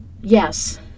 Yes